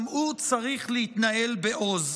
גם הוא צריך להתנהל בעוז.